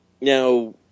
now